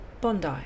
Bondi